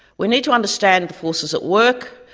we need to understand the forces at work,